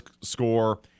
score